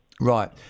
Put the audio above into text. Right